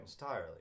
entirely